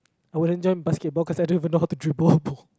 I wouldn't join basketball cause I don't even know how to dribble a ball